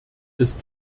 ist